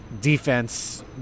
Defense